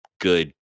good